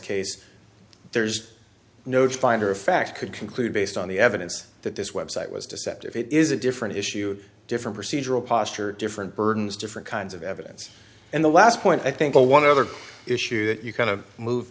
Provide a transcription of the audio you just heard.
case there's no finder of fact could conclude based on the evidence that this website was deceptive it is a different issue different procedure a posture different burdens different kinds of evidence and the last point i think the one other issue that you kind of move